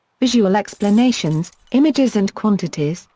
visual explanations images and quantities,